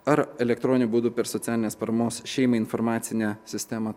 ar elektroniniu būdu per socialinės paramos šeimai informacinę sistemą